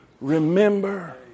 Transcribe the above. Remember